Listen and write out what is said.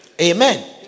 Amen